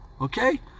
okay